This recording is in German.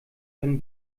können